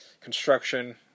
Construction